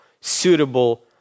suitable